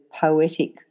Poetic